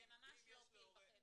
שהם ממש לא פיל בחדר?